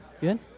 Good